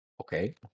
Okay